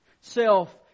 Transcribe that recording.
self